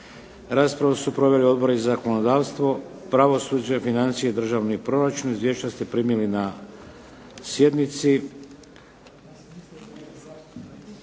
Raspravu su proveli Odbori za zakonodavstvo, pravosuđe, financije i državni proračun. Izvješća ste primili na sjednici.